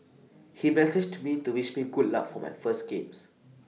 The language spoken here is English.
he messaged me to wish me good luck for my first games